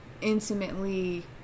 intimately